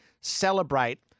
celebrate